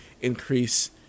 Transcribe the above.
increase